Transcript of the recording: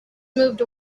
moved